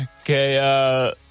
Okay